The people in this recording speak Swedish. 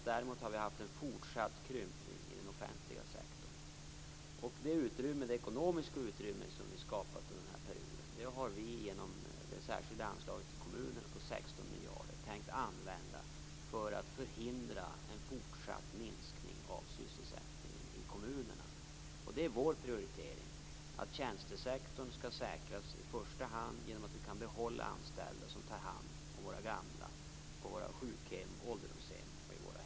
Däremot har det varit en fortsatt krympning inom den offentliga sektorn. Det ekonomiska utrymme som vi har skapat under den här perioden har vi genom det särskilda anslaget till kommunerna, de 16 miljarder kronorna, tänkt använda för att förhindra en fortsatt minskning av sysselsättningen i kommunerna. Det är vår prioritering att tjänstesektorn skall säkras i första hand genom att vi kan behålla anställda som tar hand om våra gamla på sjukhem och ålderdomshem samt i hemmet.